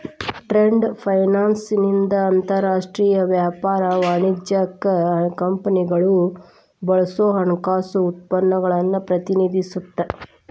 trade finance ಇಂದ ಅಂತರಾಷ್ಟ್ರೇಯ ವ್ಯಾಪಾರ ವಾಣಿಜ್ಯಕ್ಕ ಕಂಪನಿಗಳು ಬಳಸೋ ಹಣಕಾಸು ಉತ್ಪನ್ನಗಳನ್ನ ಪ್ರತಿನಿಧಿಸುತ್ತ